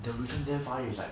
their reason damn funny is like